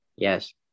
Yes